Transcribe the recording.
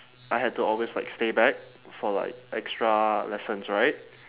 I had to always like stay back for like extra lessons right